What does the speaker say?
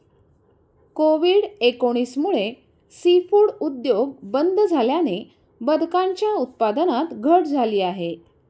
Covid एकोणीस मुळे seafood उद्योग बंद झाल्याने बदकांच्या उत्पादनात घट झाली आहे